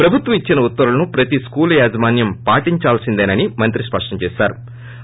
ప్రభుత్వం ఇచ్చిన ఉత్తర్వులను ప్రతి స్కూల్ యాజమాన్యం పాటిందాల్సిందేనని మంత్రి స్పష్టం చేశారు